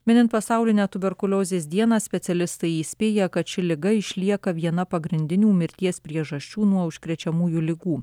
minint pasaulinę tuberkuliozės dieną specialistai įspėja kad ši liga išlieka viena pagrindinių mirties priežasčių nuo užkrečiamųjų ligų